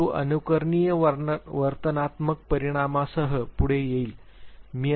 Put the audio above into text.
परंतु अनुकरणीय वर्तनात्मक परिणामासह पुढे येईल